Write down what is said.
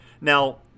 now